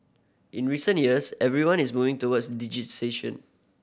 in recent years everyone is moving towards digitisation